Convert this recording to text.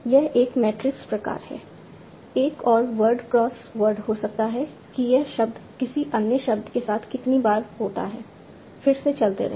यह 1 मैट्रिक्स प्रकार है एक और वर्ड क्रॉस वर्ड हो सकता है कि यह शब्द किसी अन्य शब्द के साथ कितनी बार होता है फिर से चलते रहें